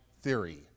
theory